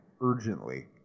urgently